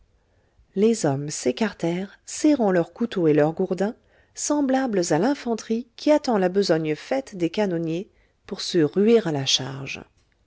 les hommes s'écartèrent serrant leurs couteaux et leurs gourdins semblables à l'infanterie qui attend la besogne faite des canonniers pour se ruer à la charge